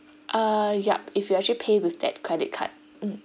ah yup if you actually pay with that credit card mm